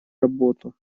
работу